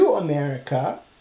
America